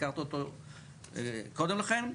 הזכרת אותו קודם לכן,